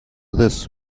this